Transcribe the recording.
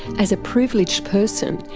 as a privileged person,